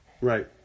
Right